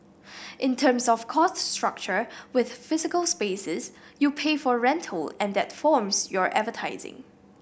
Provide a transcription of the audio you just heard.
in terms of cost structure with physical spaces you pay for rental and that forms your advertising